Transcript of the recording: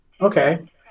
Okay